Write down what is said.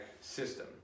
system